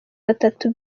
batatu